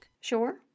Sure